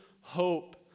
hope